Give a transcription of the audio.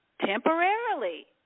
temporarily